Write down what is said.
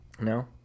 No